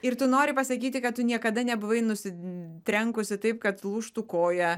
ir tu nori pasakyti kad tu niekada nebuvai nusi trenkusi taip kad lūžtų koja